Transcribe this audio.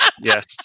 yes